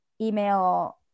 email